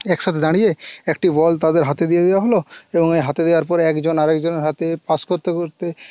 একসাথে দাঁড়িয়ে একটি বল তাদের হাতে দিয়ে দেওয়া হলো এবং এই হাতে দেওয়ার পরে একজন আরেকজনের হাতে পাস করতে করতে